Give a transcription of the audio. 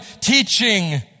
teaching